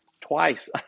twice